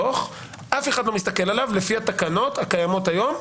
שאף אחד לא מסתכל עליו לפי התקנות הקיימות כיום,